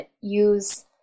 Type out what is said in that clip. use